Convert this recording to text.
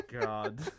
god